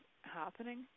happening